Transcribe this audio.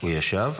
הוא ישב,